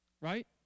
right